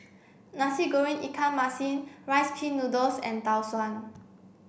Nasi Goreng Ikan Masin rice pin noodles and Tau Suan